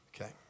Okay